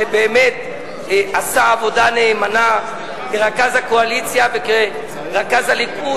שבאמת עשה עבודה נאמנה כרכז הקואליציה וכרכז הליכוד.